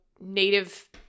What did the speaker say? Native